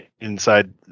inside